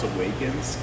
Awakens